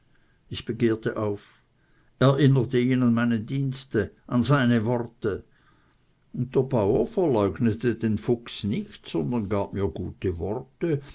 ich begehrte auf erinnerte ihn an meine dienste an seine worte und der bauer verleugnete den fuchs nicht sondern gab mir gute worte